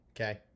Okay